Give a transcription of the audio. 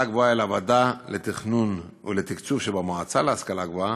גבוהה אל הוועדה לתכנון ולתקצוב שבמועצה להשכלה גבוהה,